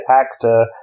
actor